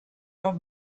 off